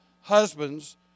husbands